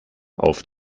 auf